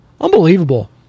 Unbelievable